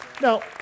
Now